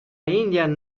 indian